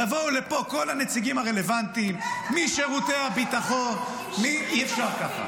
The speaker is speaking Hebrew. יבואו לפה כל הנציגים הרלוונטיים משירותי הביטחון --- בטח,